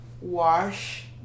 wash